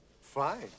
Fine